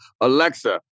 Alexa